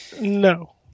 No